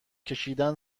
کشیدن